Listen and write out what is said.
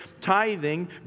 tithing